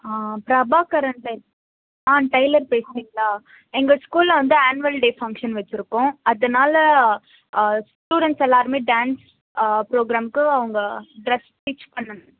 பிரபாகரன் ஆ டெய்லர் பேசுகிறிங்களா எங்கள் ஸ்கூலில் வந்து ஆன்வல் டே ஃபங்க்ஷன் வைச்சிருக்கோம் அதனால ஸ்டூடெண்ட்ஸ் எல்லோருமே டான்ஸ் புரோக்ராமுக்கு அவங்க ட்ரெஸ் ஸ்டிச் பண்ணணும்